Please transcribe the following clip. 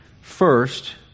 First